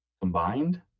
combined